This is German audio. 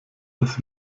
das